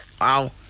Wow